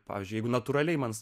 pavyzdžiui jeigu natūraliai man